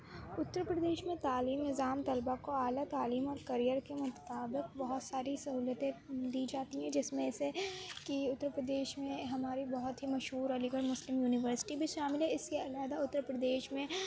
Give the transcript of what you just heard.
اتر پردیش میں تعلیم نظام طلبہ کو اعلیٰ تعلیم اور کریئر کے مطابق بہت ساری سہولتیں دی جاتی ہیں جس میں سے کہ اتر پردیش میں ہماری بہت ہی مشہور علی گڑھ مسلم یونیورسٹی بھی شامل ہے اس کے علاحدہ اتر پردیش میں